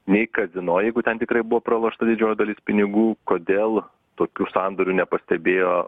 nei kazino jeigu ten tikrai buvo pralošta didžioji dalis pinigų kodėl tokių sandorių nepastebėjo